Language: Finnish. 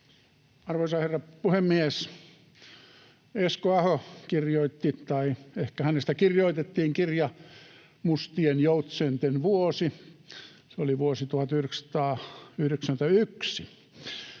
Arvoisa herra puhemies! Esko Aho kirjoitti tai ehkä hänestä kirjoitettiin kirja ”Mustien joutsenten vuosi”. Se oli vuosi 1991.